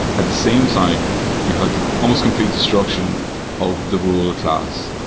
at the same time you had almost complete destruction of the rural class,